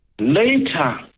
Later